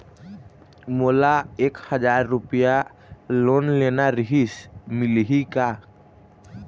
मोला एक हजार रुपया लोन लेना रीहिस, मिलही का?